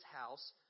house